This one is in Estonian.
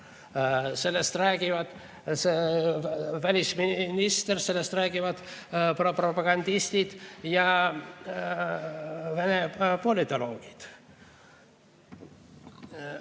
Sellest räägib välisminister, sellest räägivad propagandistid ja Vene politoloogid.